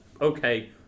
okay